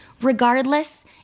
Regardless